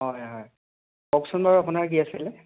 হয় হয় কওকচোন বাৰু আপোনাৰ কি আছিলে